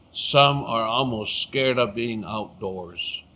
some are almost scared of being outdoors.